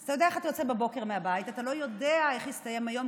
אז אתה יודע איך אתה יוצא בבוקר מהבית ואתה לא יודע איך יסתיים היום,